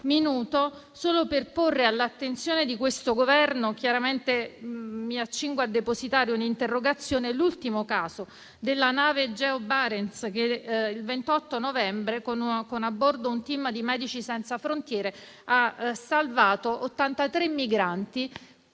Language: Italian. solo per porre all'attenzione di questo Governo un ultimo caso, sul quale chiaramente mi accingo a depositare un'interrogazione, quello della nave Geo Barents, che il 28 novembre, con a bordo un *team* di Medici senza frontiere, ha salvato 83 migranti,